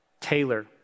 Taylor